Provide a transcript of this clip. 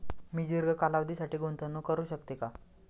मी दीर्घ कालावधीसाठी गुंतवणूक करू शकते का?